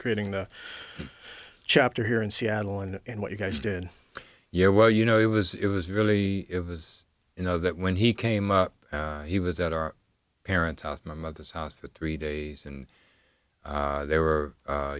creating the chapter here in seattle and what you guys did yeah well you know it was it was really it was you know that when he came up he was at our parents house my mother's house for three days and there were